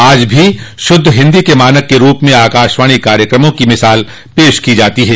आज भी शुद्ध हिन्दी के मानक के रूप में आकाशवाणी कार्यक्रमों की मिसाल पेश की जाती है